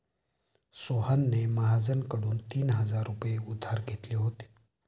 सोहनने महाजनकडून तीन हजार रुपये उधार घेतले होते